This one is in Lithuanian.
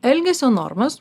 elgesio normas